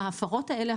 ההפרות האלה,